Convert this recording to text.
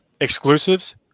exclusives